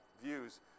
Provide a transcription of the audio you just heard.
views